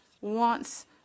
wants